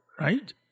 Right